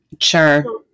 Sure